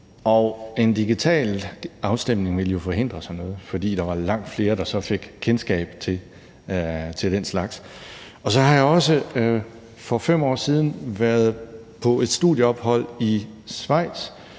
og en digital afstemning ville jo forhindre sådan noget, fordi der var langt flere, der så fik kendskab til den slags. Jeg har så også for 5 år siden været på et studieophold i Schweiz,